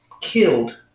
killed